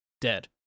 Dead